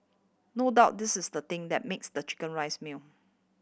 no doubt this is the thing that makes the chicken rice meal